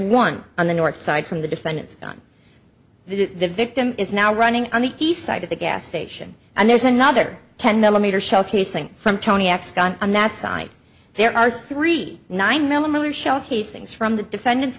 one on the north side from the defendant's gun the victim is now running on the east side of the gas station and there's another ten millimeter shell casing from tony x gun on that side there are three nine millimeter shell casings from the defendant's